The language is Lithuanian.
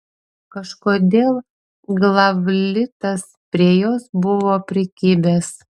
kažkodėl glavlitas prie jos buvo prikibęs